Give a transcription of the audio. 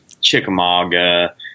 Chickamauga